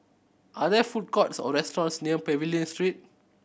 are there food courts or restaurants near Pavilion Street